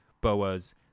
boas